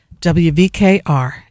WVKR